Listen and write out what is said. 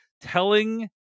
telling